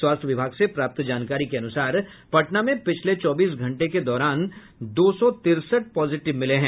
स्वास्थ्य विभाग से प्राप्त जानकारी के अनुसार पटना में पिछले चौबीस घंटे के दौरान दो सौ तिरसठ पॉजिटिव मिले हैं